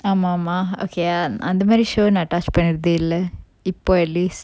ஆமா ஆமா:aama aama okay ya அந்த மாறி:antha mari show நா:na touch பண்றதே இல்ல இப்போ:panrathe illa ippo at least